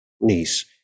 niece